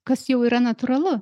kas jau yra natūralu